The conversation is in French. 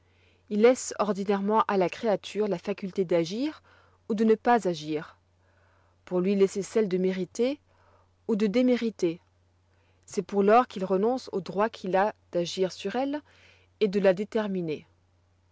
il laisse ordinairement à la créature la faculté d'agir ou de ne pas agir pour lui laisser celle de mériter ou de démériter c'est pour lors qu'il renonce au droit qu'il a d'agir sur elle et de la déterminer